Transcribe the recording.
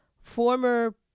former